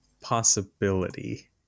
possibility